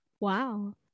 Wow